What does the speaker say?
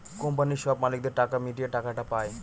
কোম্পানির সব মালিকদের টাকা মিটিয়ে টাকাটা পায়